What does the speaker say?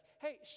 hey